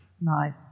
nice